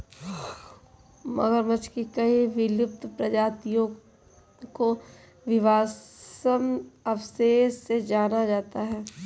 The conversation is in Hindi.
मगरमच्छ की कई विलुप्त प्रजातियों को जीवाश्म अवशेषों से जाना जाता है